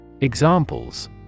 Examples